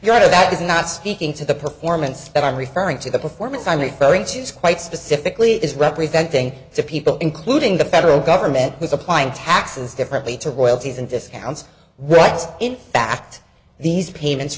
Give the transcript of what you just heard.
of that is not speaking to the performance that i'm referring to the performance i'm referring to is quite specifically is representing to people including the federal government who is applying taxes differently to royalties and discounts rights in fact these payments